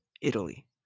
Italy